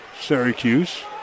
Syracuse